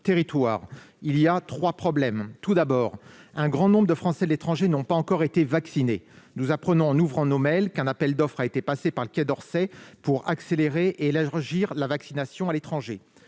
Trois problèmes se posent. Tout d'abord, un grand nombre de Français de l'étranger n'ont pas encore été vaccinés. Nous apprenons en ouvrant nos mails qu'un appel d'offres a été passé par le Quai d'Orsay pour accélérer et élargir la vaccination à l'étranger.